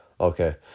okay